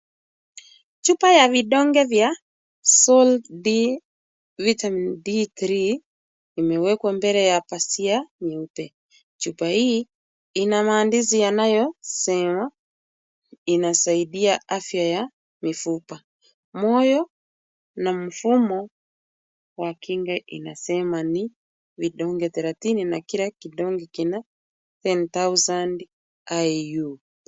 Chupa ya vidonge vya Sol-D vitamin D3 imewekwa mbele ya pazia nyeupe. Chupa hii ina maandishi yanayosema inasaidia afya ya mifupa . Moyo na mfumo wa kinga inasema ni vidonge thelathini na kila kidonge kina ten thousand IU .